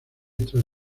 tras